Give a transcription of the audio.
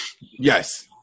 Yes